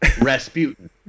Rasputin